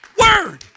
word